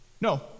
No